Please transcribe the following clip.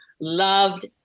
loved